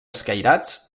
escairats